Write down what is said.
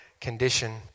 condition